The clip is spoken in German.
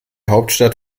hauptstadt